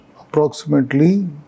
approximately